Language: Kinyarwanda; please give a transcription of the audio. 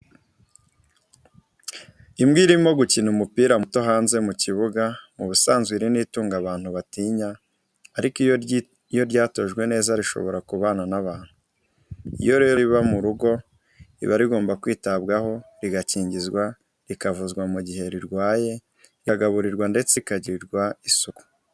Imbwa irimo gukina umupira muto hanze mu kibuga, mu busanzwe iri ni itungo abantu batinya, ariko igihe ryatojwe neza rishobora kubana n'abantu. Iyo rero riba mu rugo, riba rigomba kwitabwaho, rigakingizwa, rikavuzwa mu gihe rirwaye, rikagaburirwa ndetse rikagirirwa isuku.